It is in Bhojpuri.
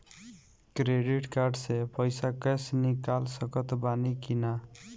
क्रेडिट कार्ड से पईसा कैश निकाल सकत बानी की ना?